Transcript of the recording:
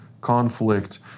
conflict